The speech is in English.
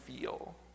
feel